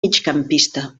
migcampista